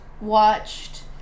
watched